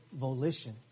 volition